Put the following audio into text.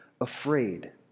afraid